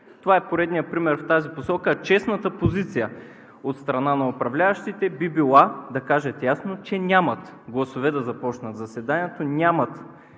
Това е поредният пример в тази посока. Честната позиция от страна на управляващите би била да кажат ясно, че нямат гласове да започнат заседанието, нямат